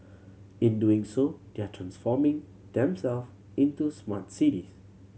in doing so they are transforming them self into smart cities